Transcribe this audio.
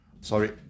sorry